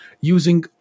using